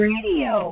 Radio